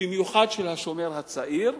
במיוחד של "השומר הצעיר",